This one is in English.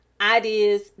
ideas